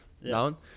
down